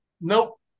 Nope